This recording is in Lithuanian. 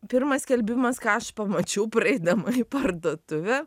pirmas skelbimas ką aš pamačiau praeidama į parduotuvę